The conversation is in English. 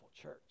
church